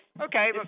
Okay